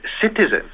citizens